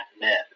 men